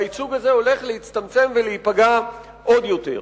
והייצוג הזה הולך להצטמצם ולהיפגע עוד יותר.